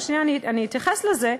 אבל שנייה, אני אתייחס לזה.